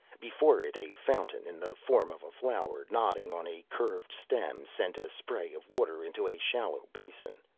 before it, a fountain, in the form of a flower nodding on a curved stem, sent a spray of water into a shallow basin.